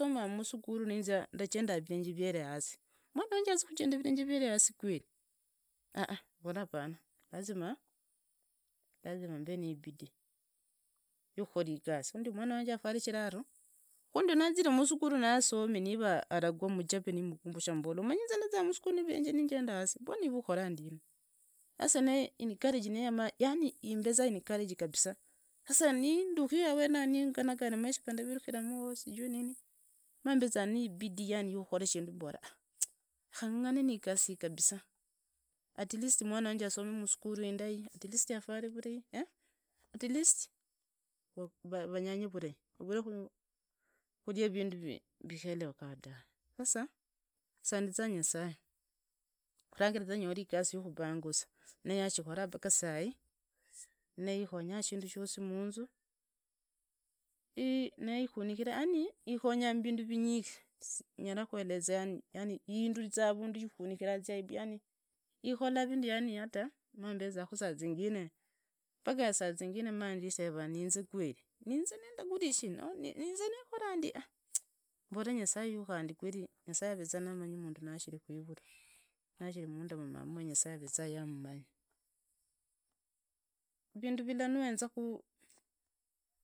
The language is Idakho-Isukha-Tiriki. Ndasonzaa musukhulu ninjenda virenje vyeree hasi, mundu khari inze nyala khujenda virenge hasi kweri mbola ah lazima mbe nibidii yukhukhola igasi khu mwana wanje afware shirato, wundi naazire musukhulu nasomi niva mugabe mwikumbushe umanyii ndazia musukhula nirenje ningende hasi nivee ukhora ndina, sasa naye encourage yani imbeza encourage kabisaa, sasa nindhuri awenao ninganagana maisha sijui nini mambeza nibidii yani yukhakhola shindu mbola vekha ng’ang’ane nidasi iyi atleast mwana wanje asome musukhalu indai, atleast afwale, atleast vanyanye vurai, varee vukhalia vindu vieleweka ta. Sasa sandiza nyasaye khuranga ngolo igasi ya khubangusa, nikhonya shindu shosi munzu, niikkhunikhira, yani ikhonya mbindu vinyishi, nyalu khuelezea yani induriza havundu ikhunikhira, yani ikhonyaa mvindu vinyishi, mambezakhu saziingine sazingine manziteva niinzi kweri, niinze ndagura shina? Niinze kholi shina? Mbola nyasaye uyu khandi kweri nyasaye areza amanyi vandu vashiri kuivulwa nari mundu mwamu nyasaye avezaa yammanya. Khundu villa nuwenzakhu.